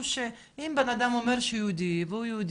שאם בן אדם אומר שהוא יהודי והוא יהודי,